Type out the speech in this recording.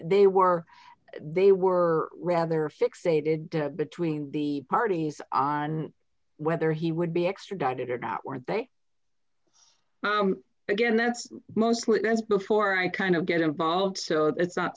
they were they were rather fixated between the parties on whether he would be extradited or not were they again that's mostly that's before i kind of get involved so it's not